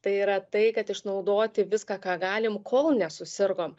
tai yra tai kad išnaudoti viską ką galim kol nesusirgom